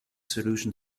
solution